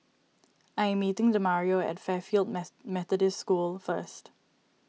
I am meeting Demario at Fairfield Methodist School first